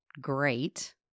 great